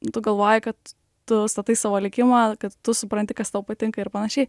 tu galvoji kad tu statai savo likimą kad tu supranti kas tau patinka ir panašiai